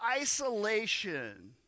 isolation